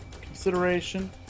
consideration